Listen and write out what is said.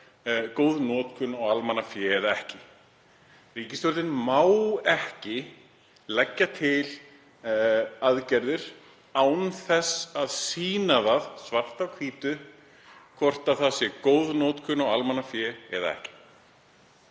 góð notkun á almannafé eða ekki. Ríkisstjórnin má ekki leggja til aðgerðir án þess að sýna svart á hvítu hvort það sé góð notkun á almannafé eða ekki